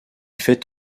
fait